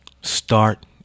Start